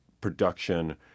production